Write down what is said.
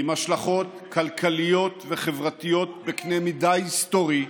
עם השלכות כלכליות וחברתיות בקנה מידה היסטורי,